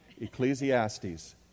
Ecclesiastes